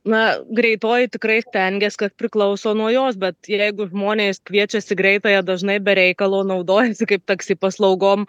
na greitoji tikrai stengias kas priklauso nuo jos bet jeigu žmonės kviečiasi greitąją dažnai be reikalo naudojasi kaip taksi paslaugom